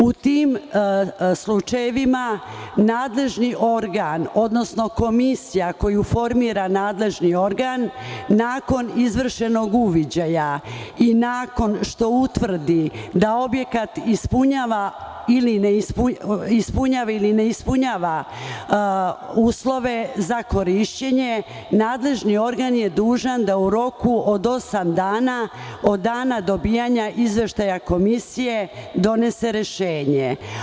U tim slučajevima nadležni organ, odnosno komisija koju formira nadležni organ, nakon izvršenog uviđaja i nakon što utvrdi da objekat ispunjava ili ne ispunjava uslove za korišćenje, nadležni organ je dužan da u roku od osam dana od dana dobijanja izveštaja komisije donese rešenje.